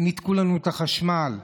ניתקו לנו את החשמל.